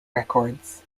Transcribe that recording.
records